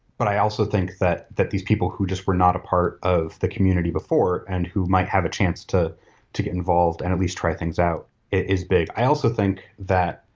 but i also think that that these people who just were not a part of the community before and who might have a chance to to get involved and at least try things out, it is big. i also think that,